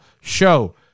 show